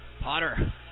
Potter